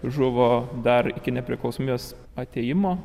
žuvo dar iki nepriklausomybės atėjimo